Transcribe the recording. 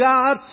God